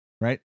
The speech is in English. right